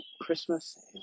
Christmas